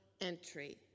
entry